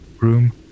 room